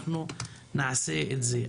אנחנו נעשה את זה.